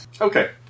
Okay